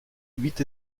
huit